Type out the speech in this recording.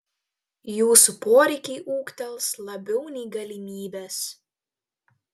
jūsų poreikiai ūgtels labiau nei galimybės